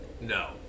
No